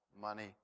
money